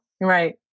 Right